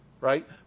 Right